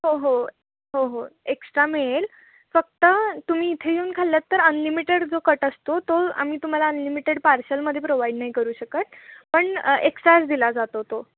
हो हो हो हो एक्स्ट्रा मिळेल फक्त तुम्ही इथे येऊन खाल्लंत तर अनलिमिटेड जो कट असतो तो आम्ही तुम्हाला अनलिमिटेड पार्सलमध्ये प्रोव्हाइड नाही करू शकत पण एक्स्ट्राच दिला जातो तो